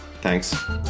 Thanks